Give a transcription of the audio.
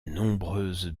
nombreuses